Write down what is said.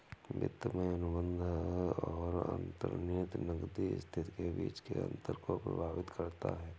वित्त में अनुबंध और अंतर्निहित नकदी स्थिति के बीच के अंतर को प्रभावित करता है